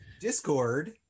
Discord